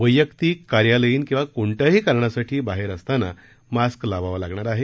वैयक्तिक कार्यालयीन किंवा कोणत्याही कारणासाठी बाहेर असताना मास्क लावावा लागणार आहे